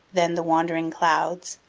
then the wandering clouds,